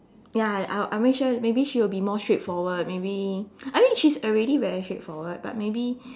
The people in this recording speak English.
ya I'll I'll make sure maybe she will be more straightforward maybe I mean she's already very straightforward but maybe